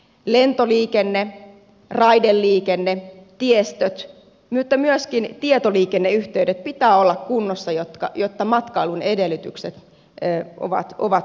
lentoliikenteen raideliikenteen tiestön mutta myöskin tietoliikenneyhteyksien pitää olla kunnossa jotta matkailun edellytykset ovat kunnossa